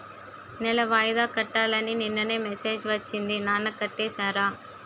నెల వాయిదా కట్టాలని నిన్ననే మెసేజ్ ఒచ్చింది నాన్న కట్టేసారా?